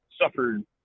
suffered